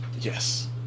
yes